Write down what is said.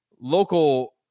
local